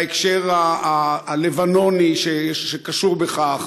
בהקשר הלבנוני שקשור בכך.